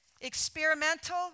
experimental